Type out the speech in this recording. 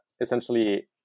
essentially